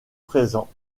présents